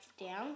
down